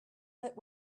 let